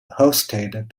hosted